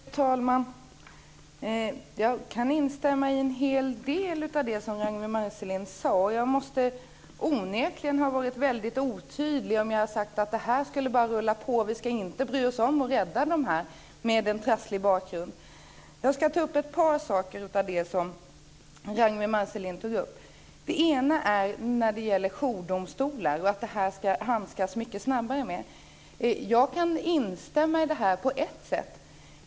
Fru talman! Jag kan instämma i en hel del av det Ragnwi Marcelind sade. Jag måste onekligen ha varit väldigt otydlig om jag har sagt att det bara ska rulla på och att vi inte ska bry oss om att rädda ungdomar med en trasslig bakgrund. Jag ska ta upp ett par saker av det Ragnwi Marcelind nämnde. Det ena gäller jourdomstolar och att man ska handskas med det här mycket snabbare. Jag kan instämma i det på ett sätt.